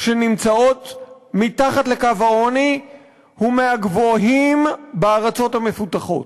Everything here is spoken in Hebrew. שנמצאות מתחת לקו העוני הוא מהגבוהים בארצות המפותחות.